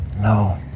No